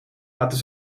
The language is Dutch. laten